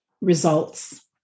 results